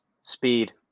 Speed